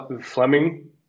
Fleming